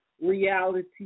reality